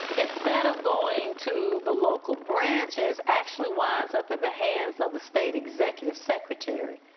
instead of going to the local branches, actually winds up at the hands of the state executive secretary.